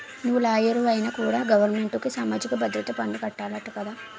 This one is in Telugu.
నువ్వు లాయరువైనా కూడా గవరమెంటుకి సామాజిక భద్రత పన్ను కట్టాలట కదా